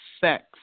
sex